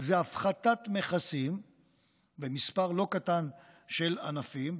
זה הפחתת מכסים במספר לא קטן של ענפים,